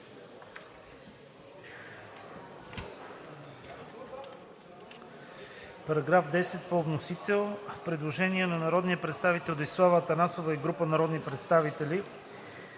Параграф 11 по вносител. Предложение на народния представител Мая Манолова и група народни представители.